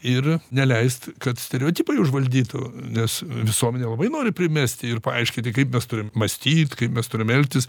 ir neleist kad stereotipai užvaldytų nes visuomenė labai nori primesti ir paaiškinti kaip mes turim mąstyt kaip mes turim elgtis